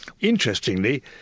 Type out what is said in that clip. Interestingly